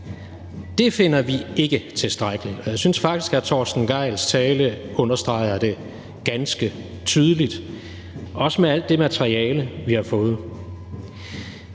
finder vi ikke tilstrækkeligt. Jeg synes faktisk, at hr. Torsten Gejls tale understreger det ganske tydeligt og også alt det materiale, vi har fået.